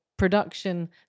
production